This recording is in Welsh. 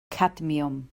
cadmiwm